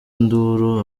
induru